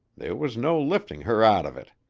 there was no lifting her out of it.